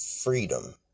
freedom